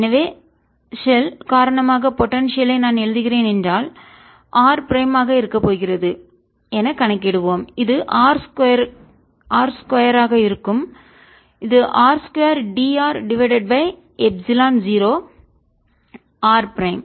எனவே ஷெல் காரணமாக போடன்சியல் ஐ நான் எழுதுகிறேன் என்றால் ஆர் பிரைம் ஆக இருக்கப் போகிறது எனக் கணக்கிடுவோம் இது r 2 இருக்கும் இது r 2 dr divided by epsilon 0 R prime